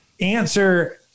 answer